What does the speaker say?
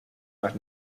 más